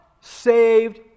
saved